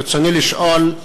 ברצוני לשאול: